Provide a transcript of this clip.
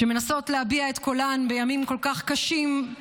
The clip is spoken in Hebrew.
שמנסות להביע את קולן בימים כל כך קשים,